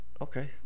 okay